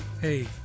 Hey